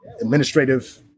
administrative